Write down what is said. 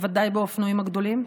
בוודאי באופנועים הגדולים?